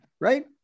right